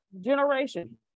generation